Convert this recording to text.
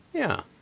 yeah.